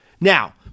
Now